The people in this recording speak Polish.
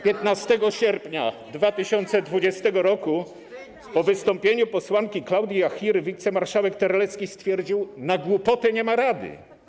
15 sierpnia 2020 r. po wystąpieniu posłanki Klaudii Jachiry wicemarszałek Terlecki stwierdził: Na głupotę nie ma rady.